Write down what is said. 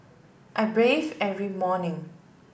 I bathe every morning